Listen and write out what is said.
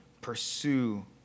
Pursue